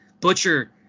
Butcher